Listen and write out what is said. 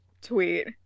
tweet